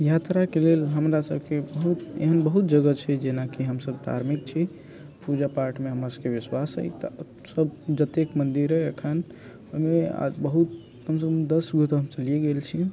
यात्रा के लेल हमरा सबके बहुत एहन एहन बहुत जगह छै जेनाकि हमसब धार्मिक छी पूजा पाठ मे हमरा सबके विश्वास अय तऽ सब जतेक मंदिर अय अखैन ओयमे बहुत कम से कम दस गो तऽ हम चलिए गेल छी